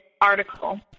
article